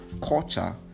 culture